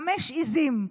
חמש עיזים.